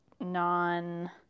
non